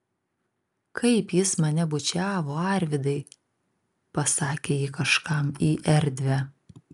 kaip jis mane bučiavo arvydai pasakė ji kažkam į erdvę